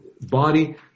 body